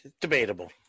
Debatable